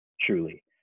truly